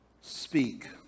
speak